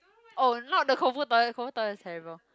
oh not the Koufu toilet Koufu toilet is terrible